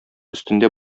өстендә